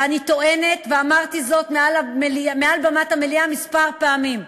ואני טוענת, ואמרתי זאת מעל במת המליאה כמה פעמים: